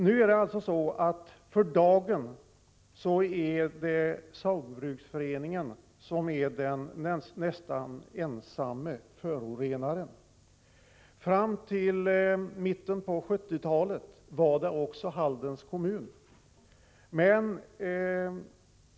28 januari 1986 För dagen är Saugbrugsforeningen nästan ensam som förorenare. Men fram till mitten av 1970-talet var också Haldens kommun förorenare.